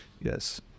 yes